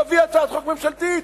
תביא הצעת חוק ממשלתית,